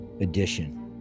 edition